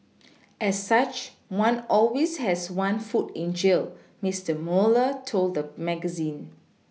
as such one always has one foot in jail Mister Mueller told the magazine